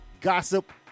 gossip